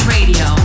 Radio